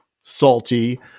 salty